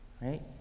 right